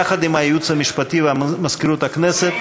יחד עם הייעוץ המשפטי ומזכירות הכנסת,